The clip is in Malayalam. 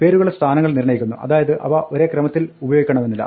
പേരുകളെ സ്ഥാനങ്ങൾ നിർണ്ണയിക്കുന്നു അതായത് അവ ഒരേ ക്രമത്തിൽ ഉപയോഗിക്കണമെന്നില്ല